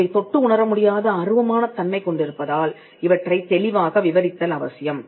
இவை தொட்டு உணர முடியாத அருவமான தன்மை கொண்டிருப்பதால் இவற்றைத் தெளிவாக விவரித்தல் அவசியம்